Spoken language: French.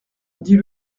dit